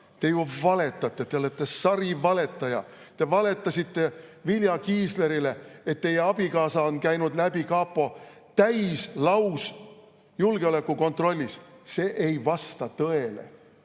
te ju valetate, te olete sarivaletaja! Te valetasite Vilja Kiislerile, et teie abikaasa on käinud läbi kapo täis‑, lausjulgeolekukontrollist. See ei vasta tõele.